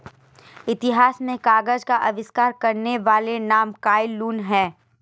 इतिहास में कागज का आविष्कार करने वाले का नाम काई लुन है